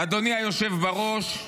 אדוני היושב בראש,